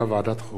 חוק ומשפט.